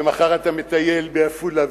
ומחר אתה מטייל בעפולה,